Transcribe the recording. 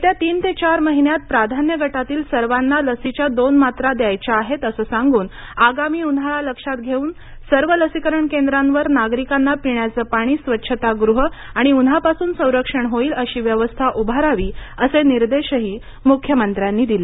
येत्या तीन ते चार महिन्यात प्राधान्य गटातील सर्वांना लसीच्या दोन मात्रा द्यायच्या आहेत असं सांगून आगामी उन्हाळा लक्षात घेऊन सर्व लसीकरण केंद्रांवर नागरिकांना पिण्याचं पाणी स्वच्छतागृह आणि उन्हापासून संरक्षण होईल अशी व्यवस्था उभारावी असे निर्देशही मुख्यमंत्र्यांनी दिले